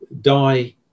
die